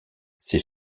ses